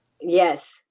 Yes